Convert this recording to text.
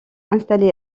installé